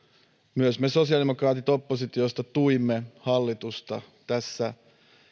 myös me sosiaalidemokraatit oppositiosta tuimme hallitusta tässä